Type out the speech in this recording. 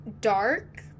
dark